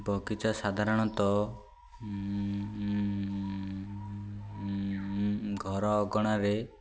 ବଗିଚା ସାଧାରଣତଃ ଘର ଅଗଣାରେ